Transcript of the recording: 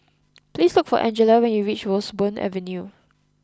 please look for Angela when you reach Roseburn Avenue